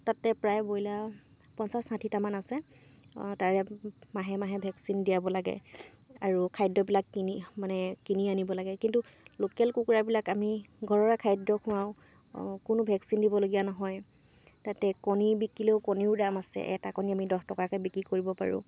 তাতে প্ৰায় বইলাৰ পঞ্চাছ ষাঠিটামান আছে তাৰে মাহে মাহে ভেকচিন দিয়াব লাগে আৰু খাদ্যবিলাক কিনি মানে কিনি আনিব লাগে কিন্তু লোকেল কুকুৰাবিলাক আমি ঘৰৰে খাদ্য খুৱাওঁ কোনো ভেকচিন দিবলগীয়া নহয় তাতে কণী বিকিলেও কণীৰো দাম আছে এটা কণী আমি দহ টকাকৈ বিক্ৰী কৰিব পাৰোঁ